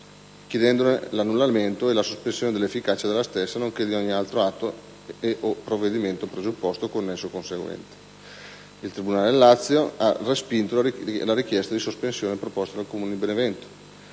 per l'annullamento, previa sospensione dell'efficacia, della stessa nonché di ogni altro atto e/o provvedimento presupposto, connesso o conseguente. Il tribunale del Lazio ha respinto la richiesta di sospensione proposta dal Comune beneventano.